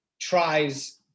tries